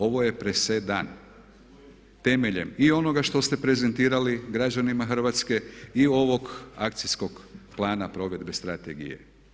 Ovo je presedan temeljem i onoga što ste prezentirali građanima Hrvatske i ovog Akcijskog plana provedbe strategije.